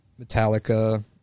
Metallica